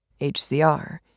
HCR